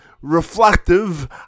reflective